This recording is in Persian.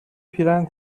پیرهن